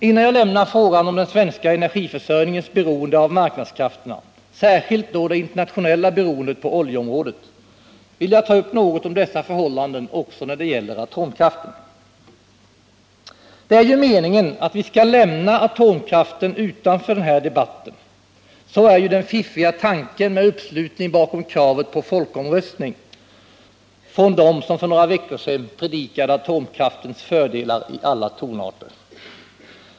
Innan jag lämnar frågan om den svenska energiförsörjningens beroende av marknadskrafterna, särskilt det internationella beroendet på oljeområdet, vill jag ta upp något om dessa förhållanden också när det gäller atomkraften. Det är meningen att vi skall lämna atomkraften utanför den här debatten. Så är ju den fiffiga tanken med uppslutningen bakom kravet på folkomröstning från dem som för några veckor sedan predikade atomkraftens fördelar i alla tonarter.